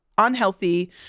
unhealthy